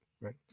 right